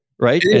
right